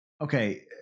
Okay